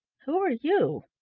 who are you?